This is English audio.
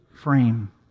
frame